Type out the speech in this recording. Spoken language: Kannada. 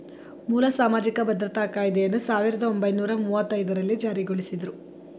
ಮೂಲ ಸಾಮಾಜಿಕ ಭದ್ರತಾ ಕಾಯ್ದೆಯನ್ನ ಸಾವಿರದ ಒಂಬೈನೂರ ಮುವ್ವತ್ತಐದು ರಲ್ಲಿ ಜಾರಿಗೊಳಿಸಿದ್ರು